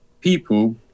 People